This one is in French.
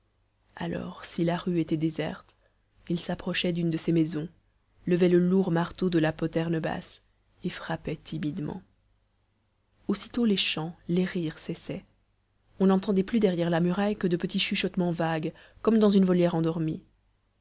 alors si la rue était déserte il s'approchait d'une de ces maisons levait le lourd marteau de la poterne basse et frappait timidement aussitôt les chants les rires cessaient on n'entendait plus derrière la muraille que de petits chuchotements vagues comme dans une volière endormie